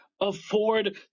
afford